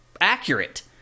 accurate